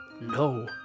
No